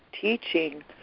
teaching